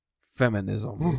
feminism